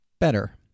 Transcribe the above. Better